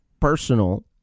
personal